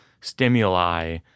stimuli